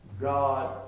God